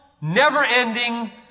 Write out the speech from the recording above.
never-ending